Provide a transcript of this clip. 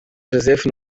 joseph